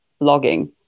logging